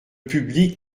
public